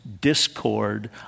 discord